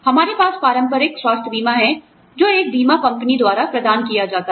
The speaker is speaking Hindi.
हमारे पास पारंपरिक स्वास्थ्य बीमा है जो एक बीमा कंपनी द्वारा प्रदान किया जाता है